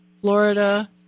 florida